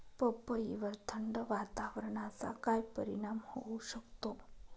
पपईवर थंड वातावरणाचा काय परिणाम होऊ शकतो?